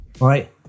Right